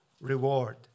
reward